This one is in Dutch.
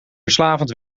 verslavend